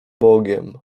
bogiem